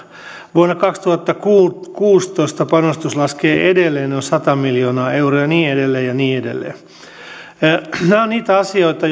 vuonna kaksituhattakuusitoista panostus laskee edelleen noin sata miljoonaa euroa ja niin edelleen ja niin edelleen tämä on niitä asioita